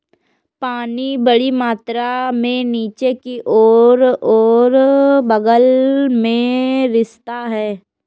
पानी बड़ी मात्रा में नीचे की ओर और बग़ल में रिसता है